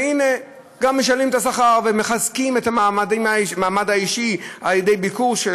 והנה גם משלמים את השכר ומחזקים את המעמד האישי על ידי ביקור של